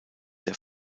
der